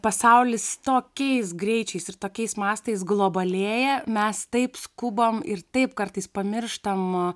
pasaulis tokiais greičiais ir tokiais mastais globalėja mes taip skubam ir taip kartais pamirštam